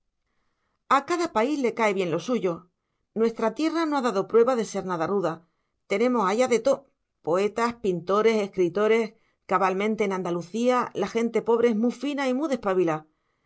a cada país le cae bien lo suyo nuestra tierra no ha dado pruebas de ser nada ruda tenemos allá de too poetas pintores escritores cabalmente en andalucía la gente pobre es mu fina y mu despabilaa